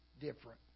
different